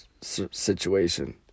situation